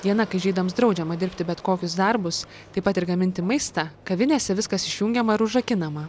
diena kai žydams draudžiama dirbti bet kokius darbus taip pat ir gaminti maistą kavinėse viskas išjungiama ir užrakinama